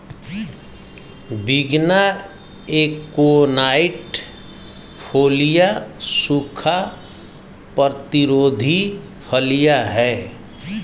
विग्ना aconitifolia सूखा प्रतिरोधी फलियां हैं